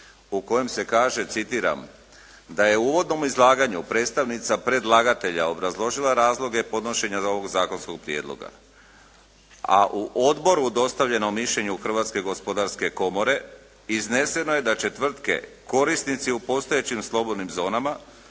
u kojem se kaže, citiram "da je u uvodnom izlaganja predstavnica predlagatelja obrazložila razloge podnošenja ovog zakonskog prijedloga, a u odboru dostavljeno mišljenje od Hrvatske gospodarske komore izneseno je da će tvrtke korisnici u postojećim slobodnim zonama